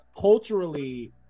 culturally